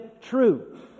true